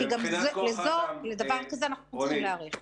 גם לדבר כזה אנחנו צריכים להיערך.